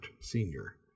senior